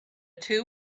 two